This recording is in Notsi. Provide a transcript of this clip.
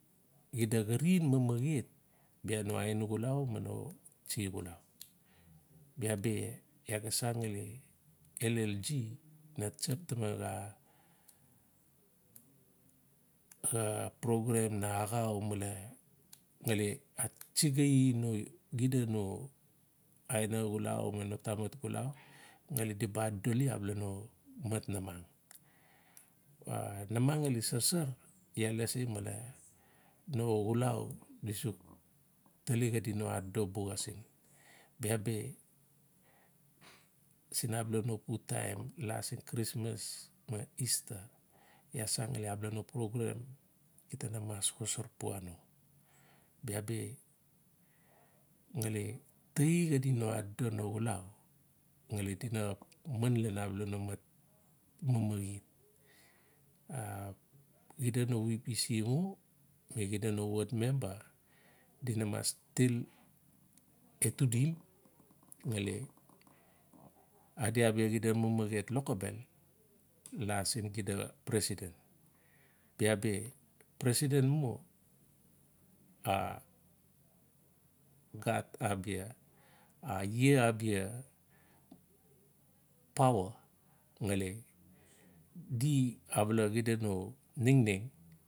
Xida xarin mamaet bia no aina xulau ma no tsi xulua. bia bi iaa ga san ngali llg na tsap taman xaa-xa programe na axau male ngali atsigai no xida bo aina xulau ma no tamat xulau ngali di ba adodoli abala no mat namang. Bia namang ngali sarsar iaa lasi male no xulau di suk tali xadi no adodo buxa siin. Biabi siin abala no pun taem la siin christmas ma easter iaa san ngali bala no programe gita na mas xosar pua no. Bia bi ngali taee xida no adodo no xulau ngali di ba man lan abala no mamaet. Xida no vpc mu na xida no ward member dina mas til etudim ngali adi abia xida mamaet lokobel la sin xida president. Biabi president mu a gat abia. a iee abia pawa ngali gi abala xida no ningning.